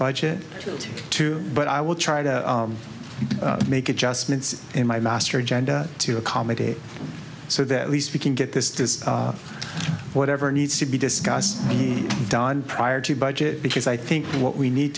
budget too but i will try to make adjustments in my master agenda to accommodate so that at least we can get this to whatever needs to be discussed be done prior to budget because i think what we need